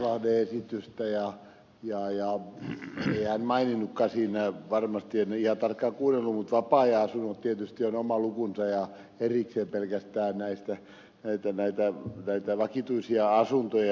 lauslahden esitystä ja ei hän maininnutkaan siinä vapaa ajanasuntoja en ihan tarkkaan kuunnellut mutta tietysti ne ovat oma lukunsa ja erikseen katsotaan pelkästään näitä vakituisia asuntoja